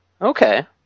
Okay